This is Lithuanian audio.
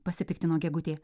pasipiktino gegutė